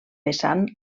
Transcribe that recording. vessant